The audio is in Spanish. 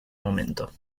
momento